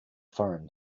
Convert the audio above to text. foreign